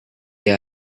they